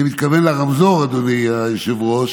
אני מתכוון לרמזור, אדוני היושב-ראש,